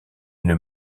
une